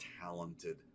talented